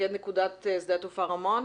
מפקד נקודת שדה התעופה רמון.